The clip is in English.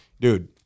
dude